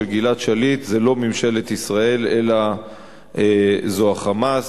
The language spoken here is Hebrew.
גלעד שליט זה לא ממשלת ישראל אלא זה ה"חמאס".